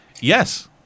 Yes